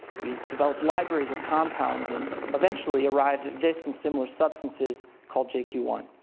we developed libraries of compounds and eventually arrived at this and similar substances called j q one.